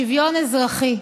שוויון אזרחי.